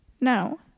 No